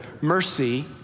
mercy